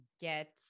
get